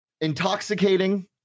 intoxicating